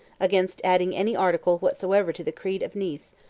against adding any article whatsoever to the creed of nice,